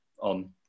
on